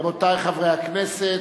רבותי חברי הכנסת,